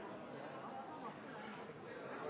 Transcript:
deres.